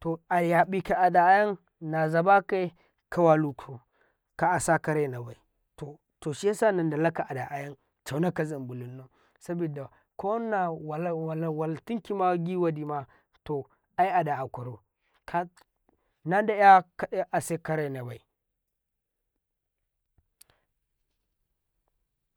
to ayaƃi ada ayan naza ba kaye walukau ka'asa karai nabai to shiyasa nan dala ka ada ayan cauna kazim bulunnau sabida ko nana walwal tinki giwa dimato ai ada aƙwa rau nadaya aseka rai nabai.